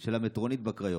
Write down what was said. של המטרונית בקריות.